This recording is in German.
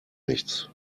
nichts